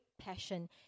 passion